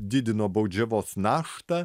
didino baudžiavos naštą